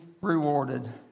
rewarded